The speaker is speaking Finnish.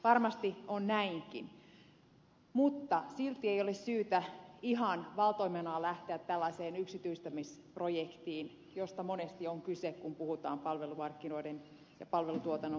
varmasti on näinkin mutta silti ei ole syytä ihan valtoimenaan lähteä tällaiseen yksityistämisprojektiin josta monesti on kyse kun puhutaan palvelumarkkinoiden ja palvelutuotannon monipuolistamisesta